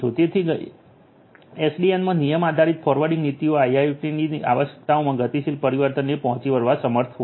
તેથી એસડીએનમાં નિયમ આધારિત ફોરવર્ડિંગ નીતિઓ આઈ આઈ ઓ ટી ની આવશ્યકતાઓમાં ગતિશીલ પરિવર્તનને પહોંચી વળવા સમર્થ હશે